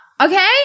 okay